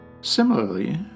Similarly